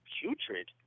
putrid